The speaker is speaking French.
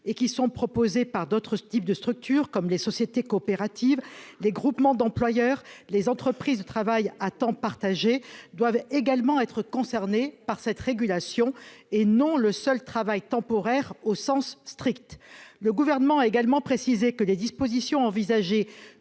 et qui sont proposés par d'autres, ce type de structures comme les sociétés coopératives des groupements d'employeurs, les entreprises travaillent à temps partagé, doivent également être concernés par cette régulation et non le seul travail temporaire au sens strict, le gouvernement a également précisé que les dispositions envisagées